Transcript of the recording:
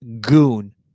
Goon